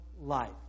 life